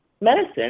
medicine